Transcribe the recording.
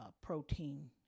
protein